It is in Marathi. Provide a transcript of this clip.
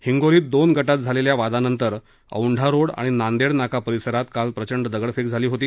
हिंगोलीत दोन गटात झालेल्या वादानंतर औंढा रोड आणि नांदेड नाका परिसरात काल प्रचंड दगडफेक झाली होती